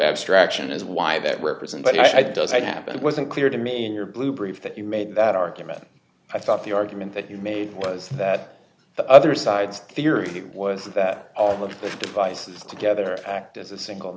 abstraction is why that represent but i doesn't happen it wasn't clear to me in your blue brief that you made that argument i thought the argument that you made was that the other side's theory was that all of the devices together act as a single